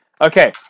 Okay